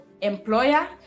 employer